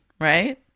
right